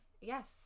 Yes